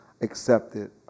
accepted